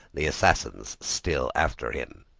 the assassins still after him.